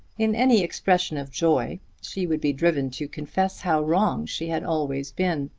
in any expression of joy she would be driven to confess how wrong she had always been.